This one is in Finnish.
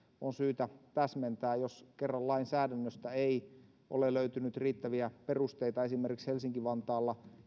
on syytä täsmentää jos kerran lainsäädännöstä ei ole löytynyt riittäviä perusteita jämäkämmälle toiminnalle esimerkiksi helsinki vantaalla